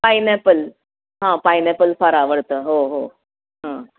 pineapple हां pineapple फार आवडतं हो हो हां